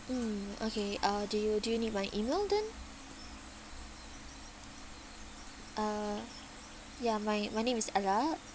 mm okay uh do you do you need my email then uh ya my my name is ella